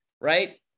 Right